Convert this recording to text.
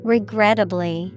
Regrettably